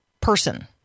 person